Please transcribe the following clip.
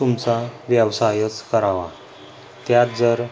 तुमचा व्यवसायच करावा त्यात जर